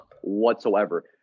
whatsoever